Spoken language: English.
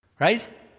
Right